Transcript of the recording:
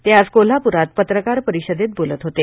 ते आज कोल्हाप्रात पत्रकार परिषदेत बोलत होते